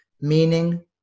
meaning